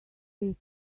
take